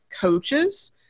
coaches